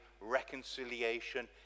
reconciliation